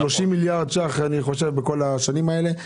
אני חושב ב-30 מיליארד שקלים בכל השנים האלה.